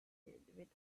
with